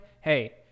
hey